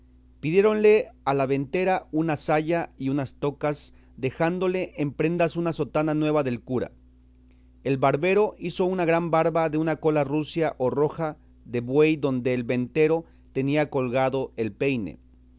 pidiéronle a la ventera una saya y unas tocas dejándole en prendas una sotana nueva del cura el barbero hizo una gran barba de una cola rucia o roja de buey donde el ventero tenía colgado el peine